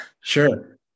Sure